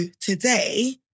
Today